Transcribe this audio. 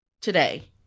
today